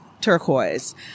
turquoise